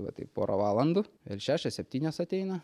va taip porą valandų ir šešios septynios ateina